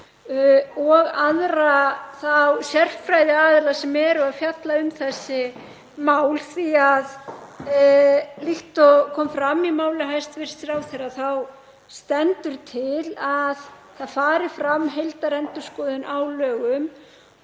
og aðra þá sérfræðiaðila sem eru að fjalla um þessi mál, því að líkt og kom fram í máli hæstv. ráðherra þá stendur til að það fari fram heildarendurskoðun á lögum.